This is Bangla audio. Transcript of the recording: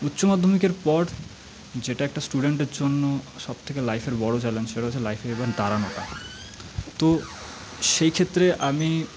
উচ্চ মাধ্যমিকের পর যেটা একটা স্টুডেন্টের জন্য সবথেকে লাইফের বড় চ্যালেঞ্জ সেটা হচ্ছে লাইফে এবার দাঁড়ানোটা তো সেক্ষেত্রে আমি